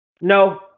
No